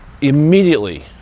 immediately